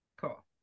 Cool